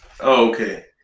okay